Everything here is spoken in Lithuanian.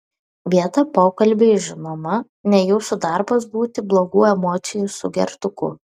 vietą pokalbiui žinoma ne jūsų darbas būti blogų emocijų sugertuku